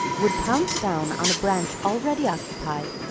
would pounce down on a branch already occupied,